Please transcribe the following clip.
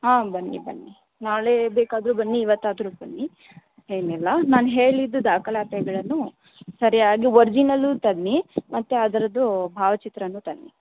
ಹಾಂ ಬನ್ನಿ ಬನ್ನಿ ನಾಳೆ ಬೇಕಾದರೂ ಬನ್ನಿ ಇವತ್ತಾದರೂ ಬನ್ನಿ ಏನಿಲ್ಲ ನಾನು ಹೇಳಿದ ದಾಖಲಾತಿಗಳನ್ನು ಸರಿ ಆಗಿ ವರ್ಜಿನಲ್ಲೂ ತನ್ನಿ ಮತ್ತೆ ಅದರದ್ದು ಭಾವಚಿತ್ರನೂ ತನ್ನಿ